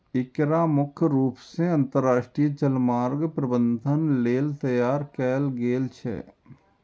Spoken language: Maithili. एकरा मुख्य रूप सं अंतरराष्ट्रीय जलमार्ग प्रबंधन लेल तैयार कैल गेल छै